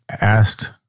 asked